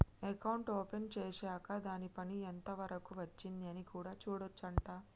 account open చేశాక్ దాని పని ఎంత వరకు వచ్చింది అని కూడా చూడొచ్చు అంట